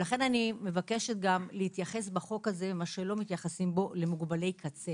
לכן אני מבקשת להתייחס בחוק הזה למה שלא מתייחסים בו למוגבלים קצה